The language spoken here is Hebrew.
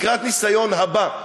לקראת הניסיון הבא,